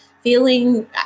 Feeling